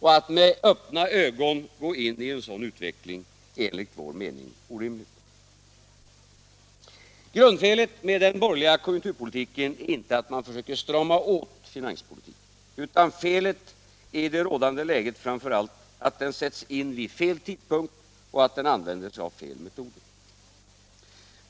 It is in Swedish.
Att med öppna ögon gå in i en sådan utveckling är enligt vår mening orimligt. Grundfelet med den borgerliga konjunkturpolitiken är inte att man försöker strama åt finanspolitiken. Utan felet är i det rådande läget framför allt att denna politik sätts in vid fel tidpunkt och att den använder sig av fel metoder.